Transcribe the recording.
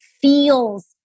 feels